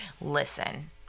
Listen